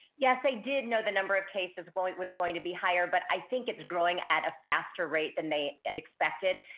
yes, they did know the number of cases was going to be higher but i think it is growing at a faster rate than they expected.